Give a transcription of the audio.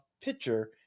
pitcher